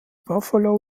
buffalo